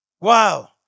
Wow